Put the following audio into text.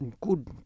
good